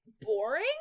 boring